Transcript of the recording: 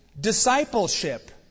Discipleship